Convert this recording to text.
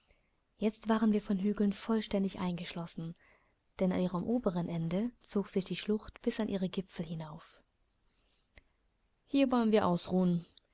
jetzt waren wir von hügeln vollständig eingeschlossen denn an ihrem oberen ende zog sich die schlucht bis an ihre gipfel hinauf hier wollen wir ausruhen